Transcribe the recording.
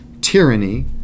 tyranny